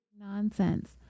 nonsense